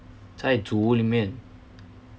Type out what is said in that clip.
在组屋里面